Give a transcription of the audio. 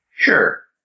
Sure